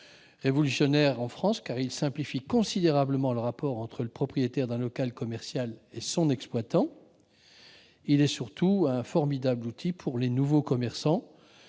révolutionnaire en France, car il simplifie considérablement les rapports entre le propriétaire d'un local commercial et son exploitant. Surtout, il constitue un formidable outil pour les nouveaux commerçants,